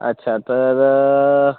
अच्छा तर